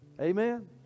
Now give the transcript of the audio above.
Amen